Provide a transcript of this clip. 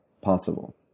possible